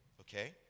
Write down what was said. okay